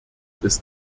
ist